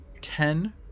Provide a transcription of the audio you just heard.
ten